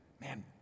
man